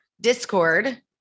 discord